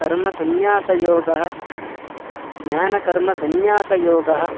कर्मसंन्यासयोगः ज्ञानकर्मसंन्यासयोगः